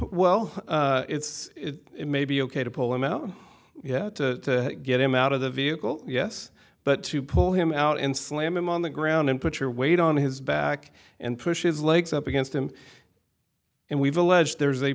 well it's maybe ok to pull him out yet to get him out of the vehicle yes but to pull him out and slam him on the ground and put your weight on his back and push his legs up against him and we've alleged there's a